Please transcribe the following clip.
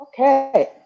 Okay